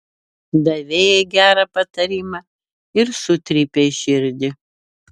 davei jai gerą patarimą ir sutrypei širdį